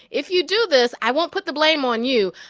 if you do this, i won't put the blame on you.